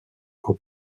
aux